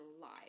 live